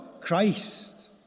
Christ